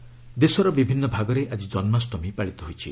ଜନ୍ମାଷ୍ଟମୀ ଦେଶର ବିଭିନ୍ନ ଭାଗରେ ଆଜି ଜନ୍ମାଷ୍ଟମୀ ପାଳିତ ହୋଇଛି